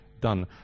done